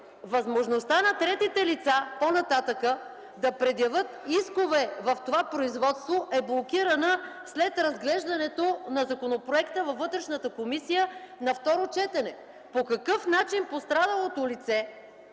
възможността на третите лица по-нататък да предявят искове в това производство е блокирана след разглеждането на законопроекта във Вътрешната комисия на второ четене. По какъв начин пострадалото лице,